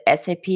SAP